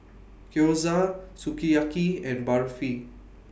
Gyoza Sukiyaki and Barfi